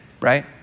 right